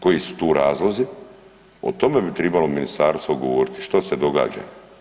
Koji su tu razlozi o tome bi tribalo ministarstvo govoriti što se događa.